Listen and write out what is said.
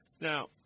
Now